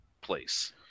place